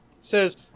says